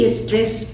stress